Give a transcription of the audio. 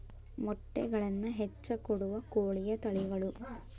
ಮೊಟ್ಟೆಗಳನ್ನ ಹೆಚ್ಚ ಕೊಡುವ ಕೋಳಿಯ ತಳಿಗಳು